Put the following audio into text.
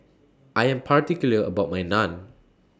I Am particular about My Naan